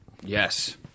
Yes